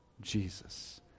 Jesus